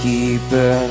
Keeper